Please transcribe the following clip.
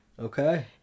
okay